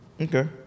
Okay